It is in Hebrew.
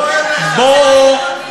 בואו,